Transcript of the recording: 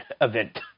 event